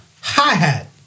hi-hat